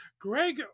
Greg